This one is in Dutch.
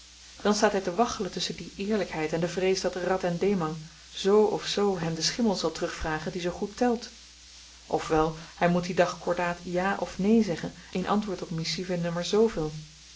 dan staat hy te waggelen tusschen die eerlykheid en de vrees dat radhen dhemang z of z hem den schimmel zal terugvragen die zoo goed telt of wel hy moet dien dag kordaat ja of neen zeggen in antwoord op missive nummer zveel